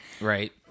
right